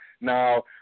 Now